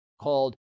called